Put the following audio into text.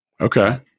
Okay